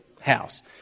house